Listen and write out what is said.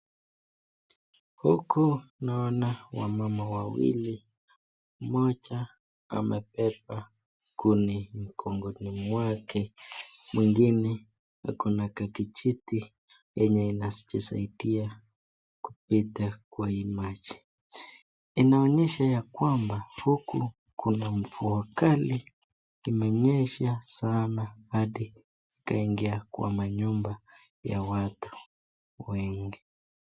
Huku naona wamama wawili. Mmoja amebeba kuni mgongoni mwake. Mwingine ako na kakijiti yenye inamsaidia kupita kwenye maji. Inaonyesha ya kwamba huku kuna mvua kali imenyesha sana hadi ikaingia kwa manyumba ya watu wengi.